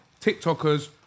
TikTokers